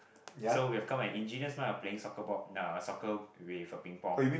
so we have came up an ingenious mind of playing soccer ball no soccer with a Ping Pong